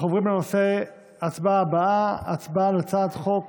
אנחנו עוברים להצבעה על הצעת חוק